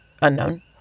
unknown